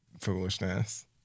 foolishness